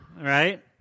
right